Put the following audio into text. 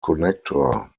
connector